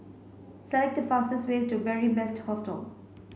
select the fastest way to Beary Best Hostel